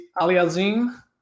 Aliazim